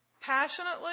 passionately